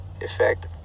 effect